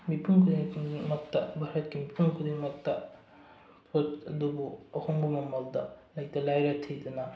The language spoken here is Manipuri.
ꯃꯤꯄꯨꯝ ꯈꯨꯗꯤꯡꯃꯛꯇ ꯚꯥꯔꯠꯀꯤ ꯃꯤꯄꯨꯝ ꯈꯨꯗꯤꯡꯃꯛꯇ ꯄꯣꯠ ꯑꯗꯨꯕꯨ ꯑꯍꯣꯡꯕ ꯃꯃꯜꯗ ꯂꯩꯇ ꯂꯥꯏꯔ ꯊꯤꯗꯅ